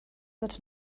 wird